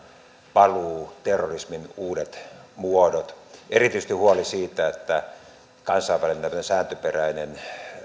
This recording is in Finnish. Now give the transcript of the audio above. paluu terrorismin uudet muodot erityisesti huoli siitä että kansainvälinen sääntöperäinen